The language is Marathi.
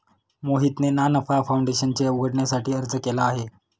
मोहितने ना नफा फाऊंडेशन उघडण्यासाठी अर्ज केला आहे